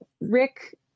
rick